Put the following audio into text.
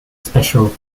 special